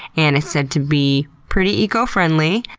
and it's said to be pretty eco-friendly.